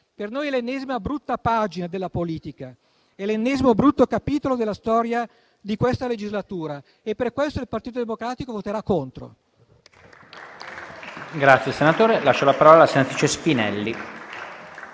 Per noi è l'ennesima brutta pagina della politica; è l'ennesimo brutto capitolo della storia di questa legislatura e per questo il Partito Democratico voterà contro.